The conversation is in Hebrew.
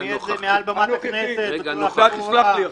הוא השמיע את זה מעל בימת הכנסת בצורה הכי ברורה.